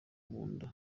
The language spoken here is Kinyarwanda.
nda